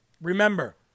remember